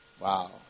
Wow